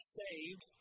saved